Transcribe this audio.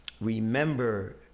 remember